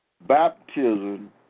baptism